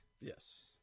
Yes